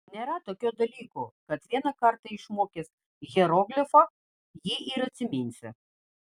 nėra tokio dalyko kad vieną kartą išmokęs hieroglifą jį ir atsiminsi